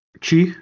Chi